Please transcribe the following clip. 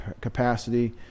capacity